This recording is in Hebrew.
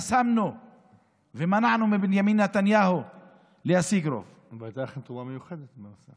מימוש הזדמנויות לשוויון מהותי.